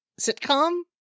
sitcom